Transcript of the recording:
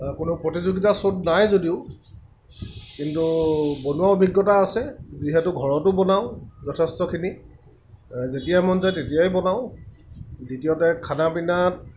কোনো প্ৰতিযোগিতা শ্ব'ত নাই যদিও কিন্তু বনোৱা অভিজ্ঞতা আছে যিহেতু ঘৰতো বনাওঁ যথেষ্টখিনি যেতিয়াই মন যায় তেতিয়াই বনাওঁ দ্বিতীয়তে খানা পিনাত